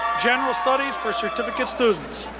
general studies for certificate students.